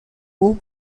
who